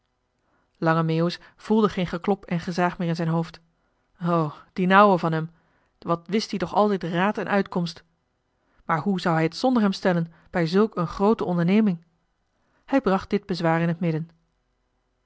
lange meeuwis voelde geen geklop en gezaag meer in zijn hoofd o die'n ouwe van hem wat wist die toch altijd raad en uitkomst maar hoe zou hij het zonder hem stellen bij zulk een groote onderneming hij bracht dit bezwaar in het midden